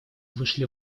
вышли